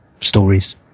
stories